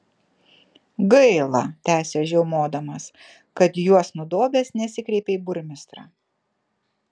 gaila tęsė žiaumodamas kad juos nudobęs nesikreipei į burmistrą